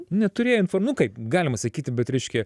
neturėjo infor nu kaip galima sakyti bet reiškia